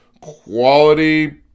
quality